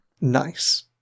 Nice